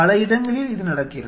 பல இடங்களில் இது நடக்கிறது